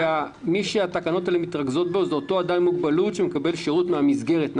כי התקנות האלה מתרכזות באותו אדם עם מוגבלות שמקבל שירות מן המסגרת.